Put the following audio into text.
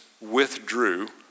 withdrew